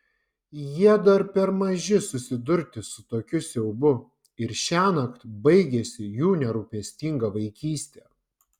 jie dar per maži susidurti su tokiu siaubu ir šiąnakt baigiasi jų nerūpestinga vaikystė